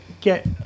get